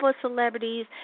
celebrities